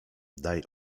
daj